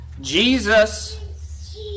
Jesus